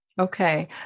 Okay